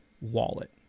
wallet